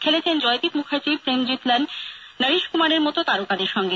খেলেছেন জয়দীপ মুখ্যার্জী প্রেমজিত লাল নরীশ কুমারদের মতো তারকাদের সঙ্গে